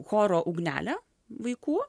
choro ugnelė vaikų